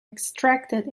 extracted